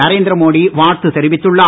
நரேந்திர மோடி வாழ்த்து தெரிவித்துள்ளார்